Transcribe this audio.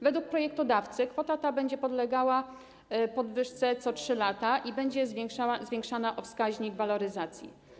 Według projektodawcy kwota ta będzie podlegała podwyżce co 3 lata i będzie zwiększana o wskaźnik waloryzacji.